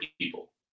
people